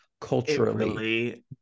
culturally